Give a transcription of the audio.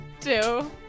two